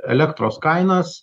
elektros kainas